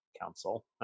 Council